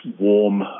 warm